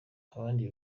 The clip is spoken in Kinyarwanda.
abandi